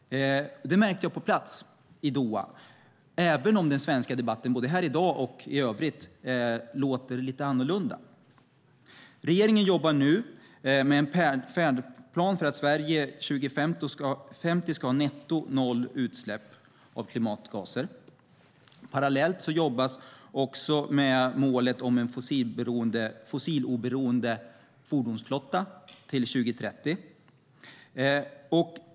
Det märkte jag på plats i Doha, även om den svenska debatten både här i dag och i övrigt låter lite annorlunda. Regeringen jobbar nu med en färdplan för att Sverige 2050 ska ha noll utsläpp netto av klimatgaser. Parallellt jobbas det också med målet om en fossiloberoende fordonsflotta till 2030.